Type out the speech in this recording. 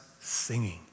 singing